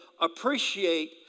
appreciate